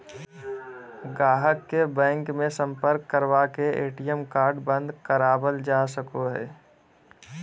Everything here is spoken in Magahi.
गाहक के बैंक मे सम्पर्क करवा के ए.टी.एम कार्ड बंद करावल जा सको हय